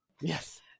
Yes